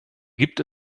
gibt